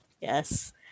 Yes